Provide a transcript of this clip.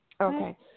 Okay